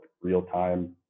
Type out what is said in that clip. real-time